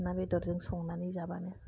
ना बेदरजों संनानै जाबानो